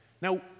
Now